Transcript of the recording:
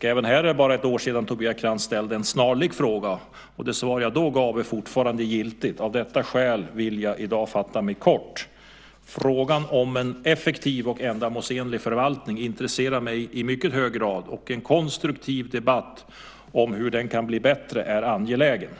Det är bara ett år sedan Tobias Krantz ställde en snarlik fråga, och det svar jag då gav är fortfarande giltigt. Av detta skäl vill jag i dag fatta mig kort. Frågan om en effektiv och ändamålsenlig förvaltning intresserar mig i mycket hög grad, och en konstruktiv debatt om hur den kan bli bättre är angelägen.